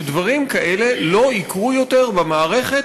שדברים כאלה לא יקרו יותר במערכת,